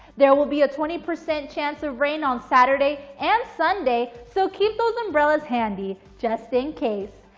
there will be a twenty percent chance of rain on saturday and sunday, so keep those umbrellas handy, just in case.